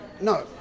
no